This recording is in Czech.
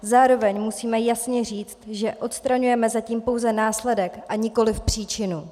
Zároveň musíme jasně říct, že odstraňujeme zatím pouze následek, a nikoliv příčinu.